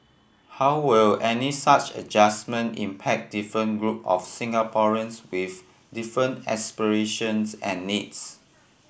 how will any such adjustment impact different group of Singaporeans with different aspirations and needs